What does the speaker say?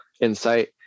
insight